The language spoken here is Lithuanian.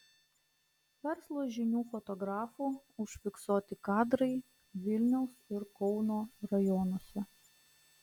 verslo žinių fotografų užfiksuoti kadrai vilniaus ir kauno rajonuose